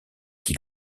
qui